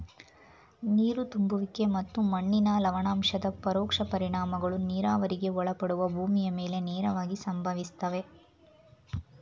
ನೀರು ತುಂಬುವಿಕೆ ಮತ್ತು ಮಣ್ಣಿನ ಲವಣಾಂಶದ ಪರೋಕ್ಷ ಪರಿಣಾಮಗಳು ನೀರಾವರಿಗೆ ಒಳಪಡುವ ಭೂಮಿಯ ಮೇಲೆ ನೇರವಾಗಿ ಸಂಭವಿಸ್ತವೆ